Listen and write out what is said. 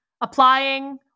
applying